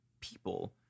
people